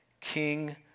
King